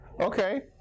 Okay